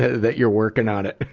that you're working on it.